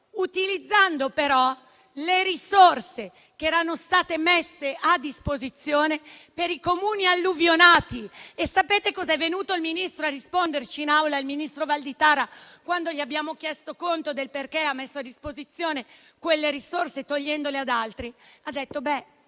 utilizzando le risorse che erano state messe a disposizione per i Comuni alluvionati. Sapete cosa è venuto a risponderci il ministro Valditara, quando gli abbiamo chiesto perché ha messo a disposizione quelle risorse sottraendole ad altri? Ci ha